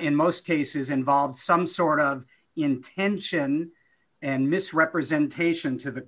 in most cases involve some sort of intention and misrepresentation to the